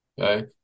okay